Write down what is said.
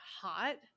hot